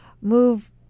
move